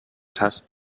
test